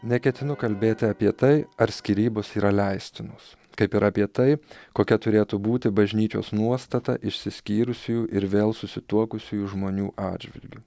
neketinu kalbėti apie tai ar skyrybos yra leistinos kaip ir apie tai kokia turėtų būti bažnyčios nuostata išsiskyrusiųjų ir vėl susituokusiųjų žmonių atžvilgiu